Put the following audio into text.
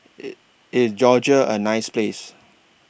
IS Georgia A nice Place